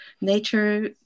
nature